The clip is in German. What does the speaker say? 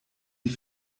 die